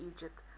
Egypt